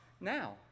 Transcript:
now